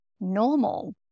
normal